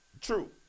True